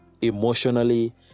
emotionally